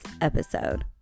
episode